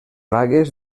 vagues